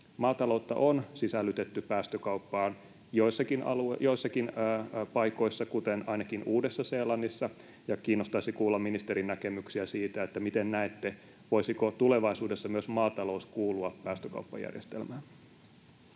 Maataloutta on sisällytetty päästökauppaan joissakin paikoissa, kuten ainakin Uudessa-Seelannissa, ja kiinnostaisi kuulla ministerin näkemyksiä siitä, että miten näette, voisiko tulevaisuudessa myös maatalous kuulua päästökauppajärjestelmään.